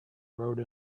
rode